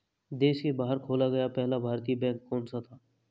देश के बाहर खोला गया पहला भारतीय बैंक कौन सा था?